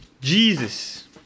Jesus